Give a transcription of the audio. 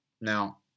Now